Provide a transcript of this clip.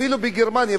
אפילו בגרמניה,